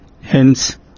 Hence